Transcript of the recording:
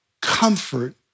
comfort